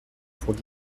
pour